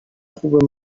خوب